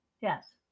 Yes